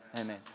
Amen